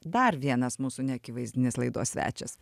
dar vienas mūsų neakivaizdinis laidos svečias